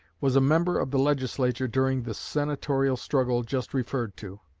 was a member of the legislature during the senatorial struggle just referred to.